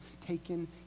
taken